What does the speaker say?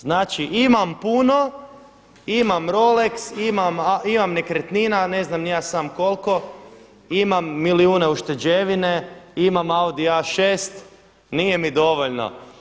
Znači imam puno, imam Rolex, imam nekretnina ne znam ni ja sam koliko, imam milijune ušteđevine, imam Audi A6, nije mi dovoljno.